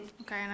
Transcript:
Okay